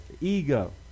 Ego